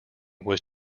was